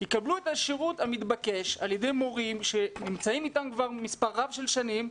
יקבלו את השירות המתבקש על ידי מורים שנמצאים אתם כבר מספר רב של שנים.